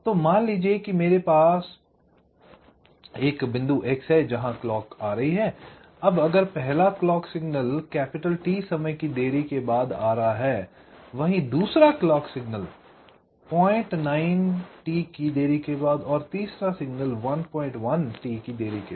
तो मान लीजिए कि मेरे पास एक बिंदु x है जहां क्लॉक आ रही है I अब अगर पहला क्लॉक सिग्नल T समय की देरी के बाद आ रहा है वहीं दूसरा क्लॉक सिग्नल 09T की देरी के बाद और तीसरा क्लॉक सिग्नल 11T की देरी के बाद